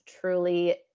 truly